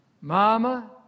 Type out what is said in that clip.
Mama